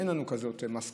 אין לנו כזאת מסקנה.